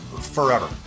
forever